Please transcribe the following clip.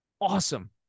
Awesome